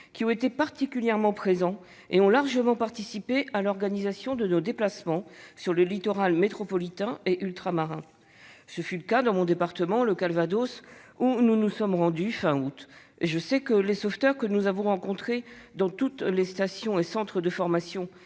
qui ont été particulièrement présents et ont largement participé à l'organisation de nos déplacements sur le littoral métropolitain et ultramarin. Comme ce fut le cas dans mon département, le Calvados, où nous nous sommes rendus à la fin du mois d'août, je sais que les sauveteurs que nous avons rencontrés dans les stations et les centres de formation